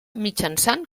mitjançant